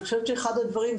אני חושבת שאחד הדברים,